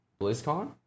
BlizzCon